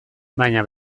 baina